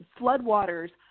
floodwaters